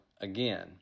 again